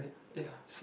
ya